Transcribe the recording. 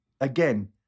Again